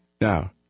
Now